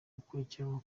gukurikiranwa